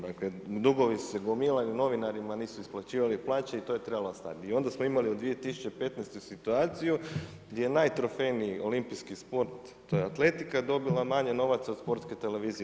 Dakle dugovi se gomilaju, novinarima nisu isplaćivali plaće i to je trebalo stati i onda smo imali u 2015. situaciju gdje je najtrofejniji olimpijski sport, to je atletika, dobila manje novaca od Sportske televizije.